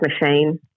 machine